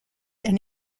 and